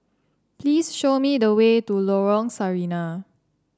please show me the way to Lorong Sarina